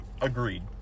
Agreed